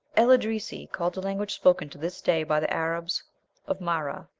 el eldrisi called the language spoken to this day by the arabs of mahrah,